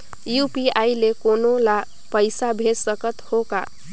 UPI ले कोनो ला पइसा भेज सकत हों का?